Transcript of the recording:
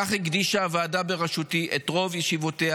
כך הקדישה הוועדה בראשותי את רוב ישיבותיה